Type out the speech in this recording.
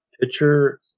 pitcher